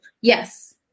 yes